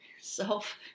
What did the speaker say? self